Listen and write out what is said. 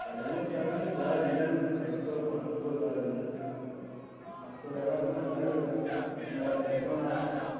advance আপনি যা দেবেন একশো পাঁচশো যা দেবেন পাঁচশো টাকা আমার লাগবে আপনারা চারজন আসছেন